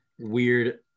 weird